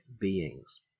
beings